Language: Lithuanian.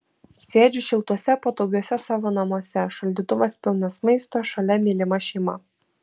sėdžiu šiltuose patogiuose savo namuose šaldytuvas pilnas maisto šalia mylima šeima